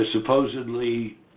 supposedly